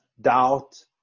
doubt